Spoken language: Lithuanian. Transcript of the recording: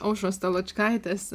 aušros taločkaitės